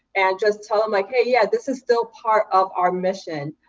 and just tell them like hey, yeah, this is still part of our mission.